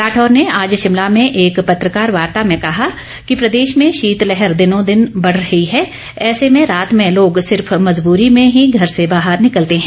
राठौर ने आज शिमला में एक पत्रकार वार्ता में कहा कि प्रदेश में शीतलहर दिनों दिन बढ़ रही है ऐसे में रात में लोग सिर्फ मजबूरी में ही घर से बाहर निकलते हैं